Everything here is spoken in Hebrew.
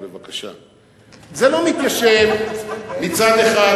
זה לא מתיישב מצד אחד,